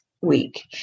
week